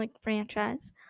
franchise